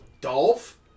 Dolph